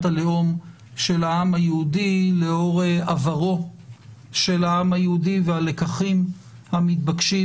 הלאום של העם היהודי לאור עברו של העם היהודי והלקחים המתבקשים